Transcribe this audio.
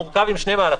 זה מורכב משני מהלכים,